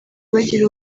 bagira